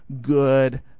good